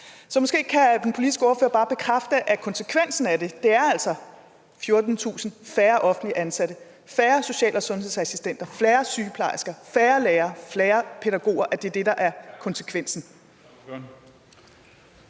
Måske kan den politiske ordfører bare bekræfte, at konsekvensen af det altså er 14.000 færre offentligt ansatte; at konsekvensen er færre social- og sundhedsassistenter, færre sygeplejersker, færre lærere, færre pædagoger. Kl. 13:37 Første næstformand